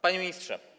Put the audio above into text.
Panie Ministrze!